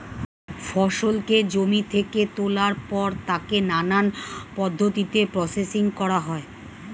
ফসলকে জমি থেকে তোলার পর তাকে নানান পদ্ধতিতে প্রসেসিং করা হয়